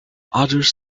others